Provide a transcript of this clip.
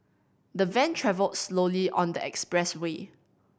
the van travelled slowly on the expressway